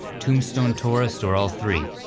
tombstone tourist, or all three,